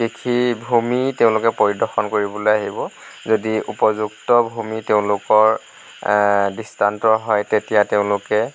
কৃষি ভূমি তেওঁলোকে পৰিদৰ্শন কৰিবলৈ আহিব যদি উপযুক্ত ভূমি তেওঁলোকৰ দৃষ্টান্ত হয় তেতিয়া তেওঁলোকে